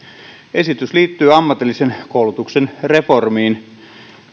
esitys liittyy ammatillisen koulutuksen reformiin